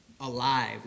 alive